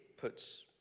puts